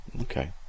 okay